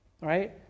right